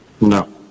no